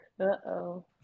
Uh-oh